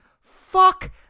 Fuck